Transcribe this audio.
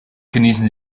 genießen